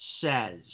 says